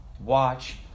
watch